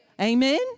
Amen